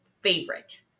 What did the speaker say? favorite